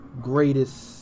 greatest